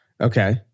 Okay